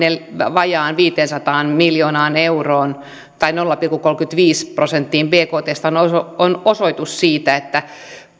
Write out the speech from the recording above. vajaaseen viiteensataan miljoonaan euroon tai nolla pilkku kolmeenkymmeneenviiteen prosenttiin bktsta on osoitus siitä että